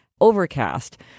Overcast